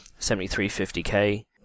7350K